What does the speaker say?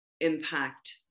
impact